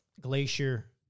Glacier